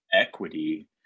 equity